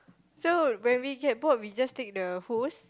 so when we get bored we just take the hose